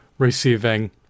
Receiving